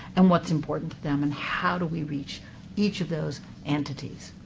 and what's important to them, and how do we reach each of those entities?